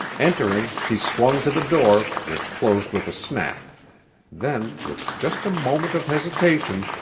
entering, she swung to the door, which closed with a snap then, with just a moment of hesitation,